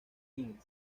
inc